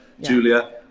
Julia